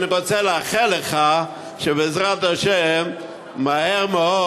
אני רוצה לאחל לך שבעזרת השם מהר מאוד